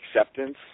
acceptance